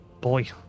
Boy